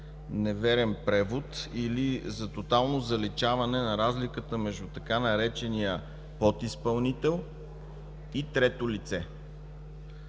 неверен превод, или за тотално заличаване на разликата между така наречения „подизпълнител” и „трето лице”.